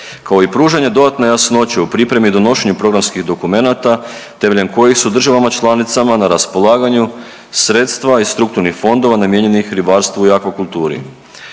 kao i pružanje dodatne jasnoće u pripremi i donošenju programskih dokumenata temeljem kojih su državama članicama na raspolaganju sredstva iz strukturnih fondova namijenjenih ribarstvu i akvakulturi.